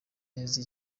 neza